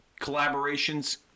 collaborations